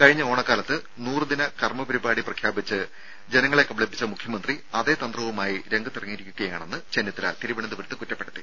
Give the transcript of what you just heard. കഴിഞ്ഞ ഓണക്കാലത്ത് നൂറുദിന കർമ്മപരിപാടി പ്രഖ്യാപിച്ച് ജനങ്ങളെ കബളിപ്പിച്ച മുഖ്യമന്ത്രി അതേ തന്ത്രവുമായി രംഗത്ത് ഇറങ്ങിയിരിക്കുകയാണെന്ന് ചെന്നിത്തല കുറ്റപ്പെടുത്തി